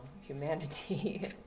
humanity